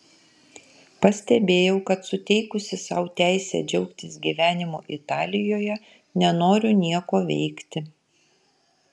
pastebėjau kad suteikusi sau teisę džiaugtis gyvenimu italijoje nenoriu nieko veikti